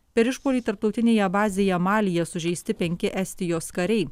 per išpuolį tarptautinėje bazėje malyje sužeisti penki estijos kariai